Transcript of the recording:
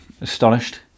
astonished